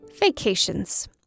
Vacations